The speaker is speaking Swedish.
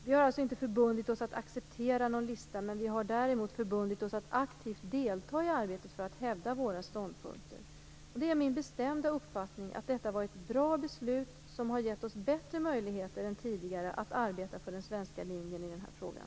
Vi har alltså inte förbundit oss att acceptera någon lista, men vi har däremot förbundit oss att aktivt delta i arbetet för att hävda våra ståndpunkter. Det är min bestämda uppfattning att detta var ett bra beslut, som har gett oss bättre möjligheter än tidigare att arbeta för den svenska linjen i den här frågan.